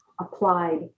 applied